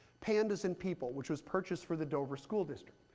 pandas and people, which was purchased for the dover school district.